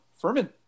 Furman